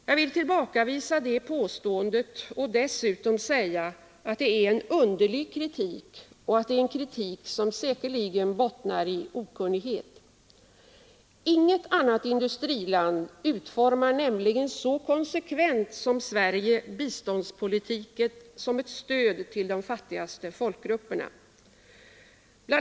Jag vill tillbakavisa det påståendet och dessutom säga, att det är en underlig kritik och att det är en kritik som säkerligen bottnar i okunnighet. Inget annat industriland utformar nämligen så konsekvent som Sverige biståndspolitiken som ett stöd till de fattigaste folkgrupperna. Bl.